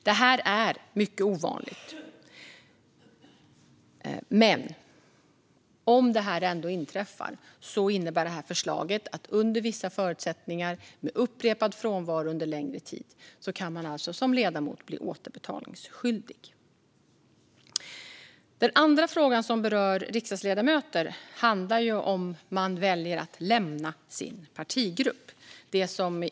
Detta är mycket ovanligt, men om det ändå inträffar innebär förslaget att man som ledamot under vissa förutsättningar och med upprepad frånvaro under en längre tid kan bli återbetalningsskyldig. Den andra frågan som berör riksdagsledamöter handlar om den som väljer att lämna sin partigrupp.